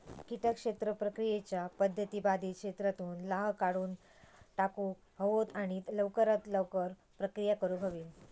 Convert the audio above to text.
किटक क्षेत्र प्रक्रियेच्या पध्दती बाधित क्षेत्रातुन लाह काढुन टाकुक हवो आणि लवकरात लवकर प्रक्रिया करुक हवी